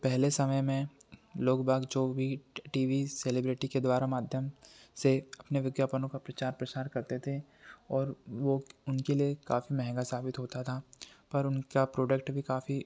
पहले समय में लोगबाग जो भी टी वी सेलेब्रिटी के द्वारा माध्यम से अपने विज्ञापनों का प्रचार प्रसार करते थे और वो उनके लिए काफ़ी महँगा साबित होता था पर उनका प्रोडक्ट भी काफ़ी